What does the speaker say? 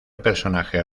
personaje